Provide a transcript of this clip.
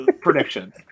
prediction